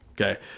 Okay